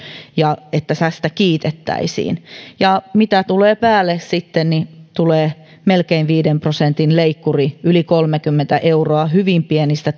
ja että tästä kiitettäisiin mitä tulee päälle sitten niin tulee melkein viiden prosentin leikkuri yli kolmekymmentä euroa hyvin pienistä